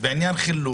חילוט,